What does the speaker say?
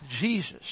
Jesus